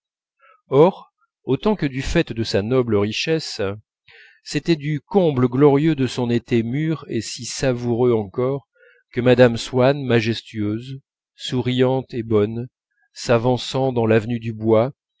or autant que du faîte de sa noble richesse c'était du comble glorieux de son été mûr et si savoureux encore que mme swann majestueuse souriante et bonne s'avançant dans l'avenue du bois